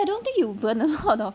eh I don't think you burn a lot of